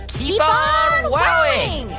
keep on wowing